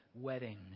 wedding